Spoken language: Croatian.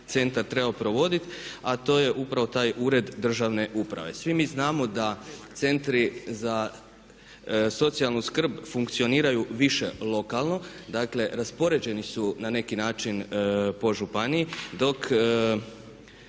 centar trebao provoditi a to je upravo taj Ured državne uprave. Svi mi znamo da centri za socijalnu skrb funkcioniraju više lokalno, dakle raspoređeni su na neki način po županiji dok